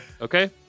Okay